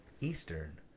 Eastern